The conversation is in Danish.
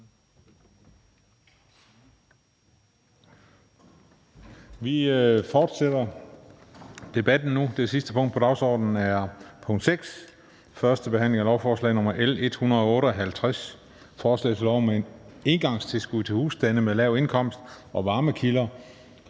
fortsætte om et øjeblik. --- Det sidste punkt på dagsordenen er: 6) 1. behandling af lovforslag nr. L 158: Forslag til lov om engangstilskud til husstande med lav indkomst og varmekilder